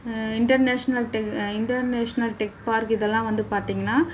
international international tech park இதல்லாம் வந்து பார்த்திங்கன்னா